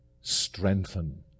strengthen